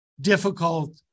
difficult